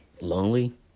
lonely